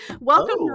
Welcome